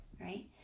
right